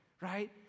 Right